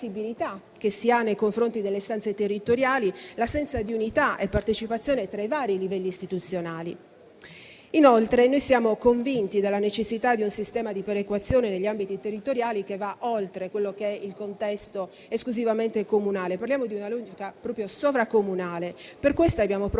che si ha nei confronti delle istanze territoriali, l'assenza di unità e partecipazione tra i vari livelli istituzionali. Inoltre, noi siamo convinti della necessità di un sistema di perequazione negli ambiti territoriali che vada oltre il contesto esclusivamente comunale. Parliamo di una logica sovracomunale e per questo abbiamo proposto